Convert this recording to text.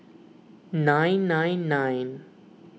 nine nine nine